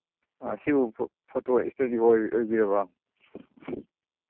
ꯑꯥ ꯁꯤꯕꯨ photo studio ꯑꯣꯏꯕꯤꯔꯕꯣ